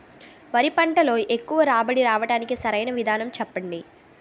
వరి పంటలో ఎక్కువ రాబడి రావటానికి సరైన విధానం చెప్పండి?